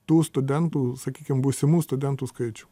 tų studentų sakykim būsimų studentų skaičių